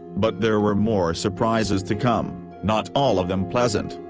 but there were more surprises to come, not all of them pleasant.